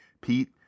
pete